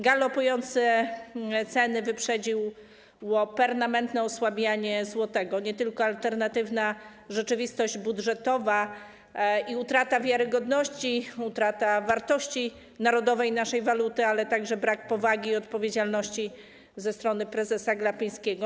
Galopujące ceny wyprzedziło permanentne osłabianie złotego, nie tylko alternatywna rzeczywistość budżetowa i utrata wiarygodności, utrata wartości naszej narodowej waluty, ale także brak powagi i odpowiedzialności ze strony prezesa Glapińskiego.